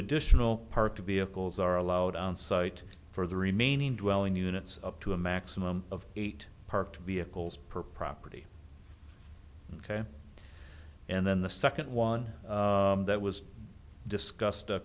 additional part to be of cols are allowed on site for the remaining dwelling units up to a maximum of eight parked vehicles per property and then the second one that was discus